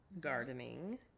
gardening